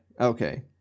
Okay